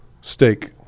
Steak